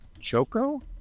Choco